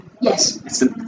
Yes